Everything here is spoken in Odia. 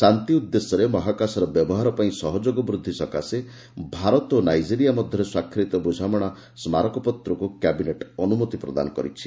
ଶାନ୍ତି ଉଦ୍ଦେଶ୍ୟରେ ମହାକାଶର ବ୍ୟବହାର ପାଇଁ ସହଯୋଗ ବୃଦ୍ଧି ସକାଶେ ଭାରତ ଓ ନାଇଜେରିଆ ମଧ୍ୟରେ ସ୍ୱାକ୍ଷରିତ ବୁଝାମଣା ସ୍ମାରକପତ୍ରକୁ କ୍ୟାବିନେଟ୍ ଅନୁମତି ପ୍ରଦାନ କରିଛି